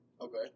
Okay